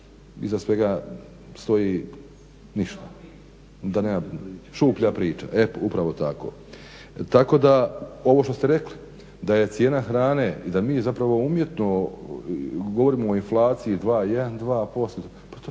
iza svega stoji ništa, da nema, šuplja priča, e upravo tako. Tako da ovo što ste rekli, da je cijena hrane i da mi zapravo umjetno govorimo o inflaciji dva jedan,